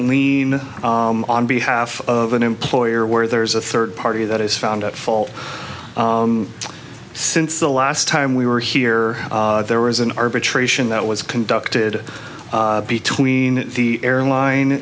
lien on behalf of an employer where there's a third party that is found at fault since the last time we were here there was an arbitration that was conducted between the airline